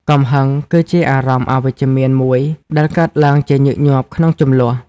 កំហឹង គឺជាអារម្មណ៍អវិជ្ជមានមួយដែលកើតឡើងជាញឹកញាប់ក្នុងជម្លោះ។